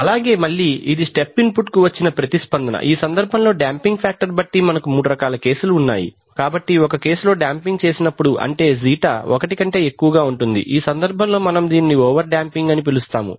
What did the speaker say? అలాగే మళ్ళీ ఇది స్టెప్ ఇన్పుట్ కు వచ్చిన ప్రతి స్పందన ఈ సందర్భంలో డాంపింగ్ ఫాక్టర్ బట్టి మనకు మూడు రకాల కేసులు ఉన్నాయి కాబట్టి ఒక కేసు లో డాంపింగ్ చేసినప్పుడు అంటే జీటా ఒకటి కంటే ఎక్కువగా ఉంటుంది ఈ సందర్భంలో మనము దీనిని ఓవర్ డాంపింగ్ అని పిలుస్తాము